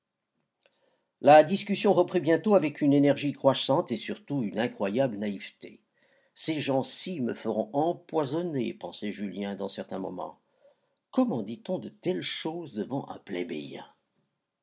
la discussion reprit bientôt avec une énergie croissante et surtout une incroyable naïveté ces gens-ci me feront empoisonner pensait julien dans de certains moments comment dit-on de telles choses devant un